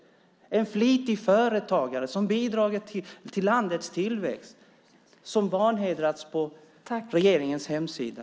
Han är en flitig företagare som har bidragit till landets tillväxt men som har vanhedrats på regeringens hemsida.